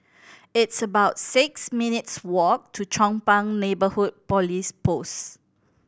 it's about six minutes' walk to Chong Pang Neighbourhood Police Post